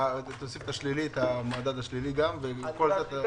ותוסיף גם את המדד השלילי ומלוות.